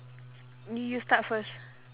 you start first